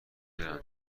دونم